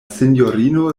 sinjorino